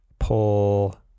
pull